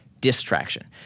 distraction